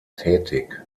tätig